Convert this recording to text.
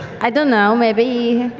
i don't know, maybe